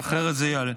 שאחרת זה ייעלם.